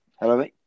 Hello